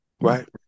Right